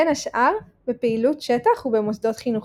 בין השאר בפעילות שטח ובמוסדות חינוכיים.